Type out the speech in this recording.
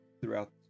throughout